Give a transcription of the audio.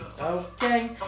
Okay